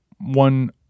one